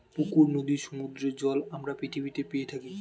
পুকুর, নদীর, সমুদ্রের জল আমরা পৃথিবীতে পেয়ে থাকি